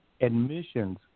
admissions